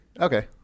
okay